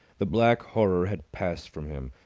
the black horror had passed from him.